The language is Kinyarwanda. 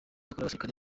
abasirikare